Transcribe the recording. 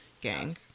gang